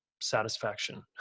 satisfaction